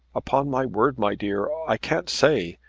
upon my word, my dear, i can't say.